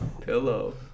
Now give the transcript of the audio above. Pillow